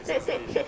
sensitive